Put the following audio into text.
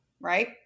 Right